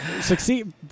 succeed